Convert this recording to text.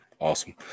Awesome